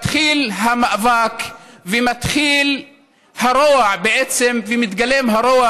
מתחיל המאבק ומתחיל הרוע ומתגלם הרוע